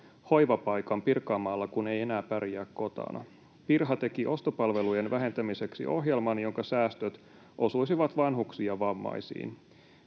hoivapaikan Pirkanmaalla, kun ei enää pärjää kotona?”, ”Pirha teki ostopalvelujen vähentämiseksi ohjelman, jonka säästöt osuisivat vanhuksiin ja vammaisiin”,